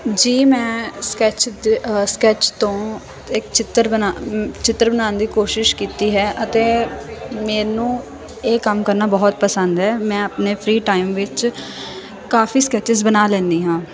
ਜੀ ਮੈਂ ਸਕੈਚ ਦੀ ਸਕੈਚ ਤੋਂ ਇੱਕ ਚਿੱਤਰ ਬਣਾ ਚਿੱਤਰ ਬਣਾਉਣ ਦੀ ਕੋਸ਼ਿਸ਼ ਕੀਤੀ ਹੈ ਅਤੇ ਮੈਨੂੰ ਇਹ ਕੰਮ ਕਰਨਾ ਬਹੁਤ ਪਸੰਦ ਹੈ ਮੈਂ ਆਪਣੇ ਫਰੀ ਟਾਈਮ ਵਿੱਚ ਕਾਫੀ ਸਕੈਚਸ ਬਣਾ ਲੈਂਦੀ ਹਾਂ